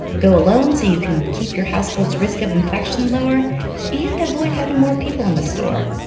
go alone so you can keep your household's risk of infection lower and avoid having more people in the store.